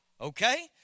okay